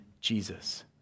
Jesus